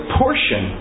portion